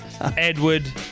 Edward